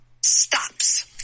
Stops